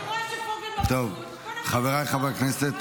אני רואה שפוגל מבסוט --- חבריי חברי הכנסת,